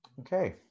Okay